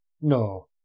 No